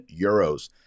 euros